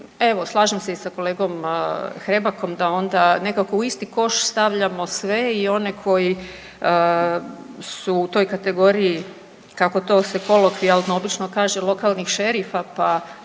slažem se sa kolegom Hrebakom da onda nekako u isti koš stavljamo sve, i one koji su u toj kategoriji, kako to se kolokvijalno obično kaže, lokalnih šerifa pa